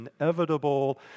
inevitable